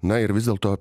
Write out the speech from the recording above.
na ir vis dėlto